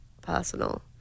personal